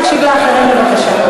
תקשיב לאחרים בבקשה.